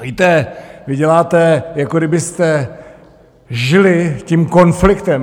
Víte, vy děláte, jako kdybyste žili tím konfliktem.